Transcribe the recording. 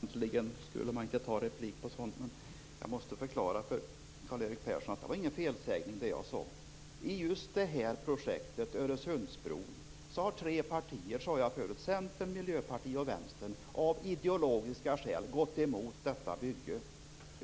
Herr talman! Egentligen borde man inte begära replik på sådant här. Men jag måste förklara för Karl Erik Persson att vad jag sade inte var någon felsägning. Jag sade att i just detta projekt, Öresundsbron, så har tre partier, Centern, Miljöpartiet och Vänsterpartiet av ideologiska skäl gått emot bygget.